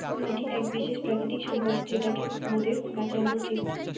মাটি এক বিশেষ প্রাকৃতিক সম্পদ যেটোকে মোদের বাঁচানো উচিত